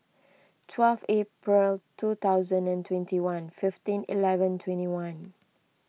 twelve April two thousand and twenty one fifteen eleven twenty one